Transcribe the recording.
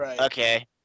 okay